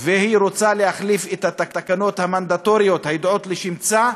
והיא רוצה להחליף את התקנות המנדטוריות הידועות לשמצה.